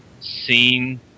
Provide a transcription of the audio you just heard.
seen